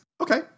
Okay